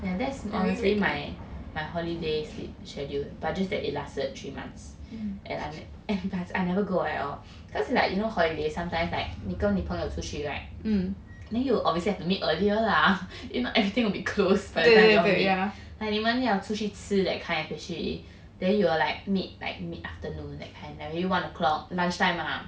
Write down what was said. yeah that's obviously my my holiday sleep schedule but just that it lasted three months and I'm and plus I never go at all cause like you know holiday sometimes like 你跟你朋友出去 right then you will obviously have to meet earlier lah you know everything will be closed but the time we all meet like 你们要出去吃 that kind of 出去 then you will like meet like mid afternoon that kind maybe one o'clock lunch time ah